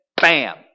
bam